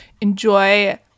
Enjoy